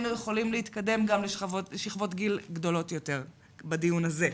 והיינו יכולים להתקדם גם לשכבות גיל גדולות יותר בדיון הזה.